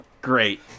Great